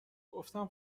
گفتم